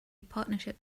partnership